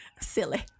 Silly